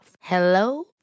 Hello